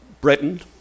Britain